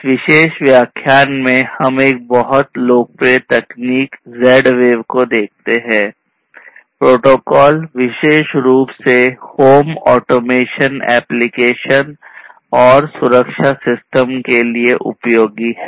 इस विशेष व्याख्यान में हम एक बहुत लोकप्रिय तकनीक Z वेव के लिए उपयोगी है